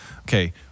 Okay